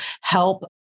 help